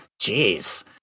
Jeez